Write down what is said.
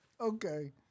Okay